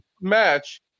match